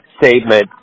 statement